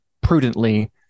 prudently